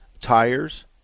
tires